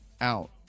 out